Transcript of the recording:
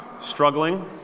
struggling